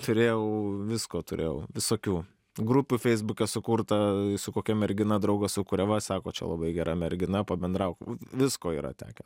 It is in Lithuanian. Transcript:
turėjau visko turėjau visokių grupių feisbuke sukurta su kokia mergina draugas sukuria va sako čia labai gera mergina pabendrauk visko yra tekę